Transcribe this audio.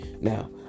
Now